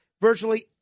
virtually